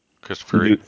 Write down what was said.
Christopher